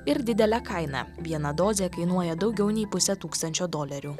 ir didelę kainą viena dozė kainuoja daugiau nei pusę tūkstančio dolerių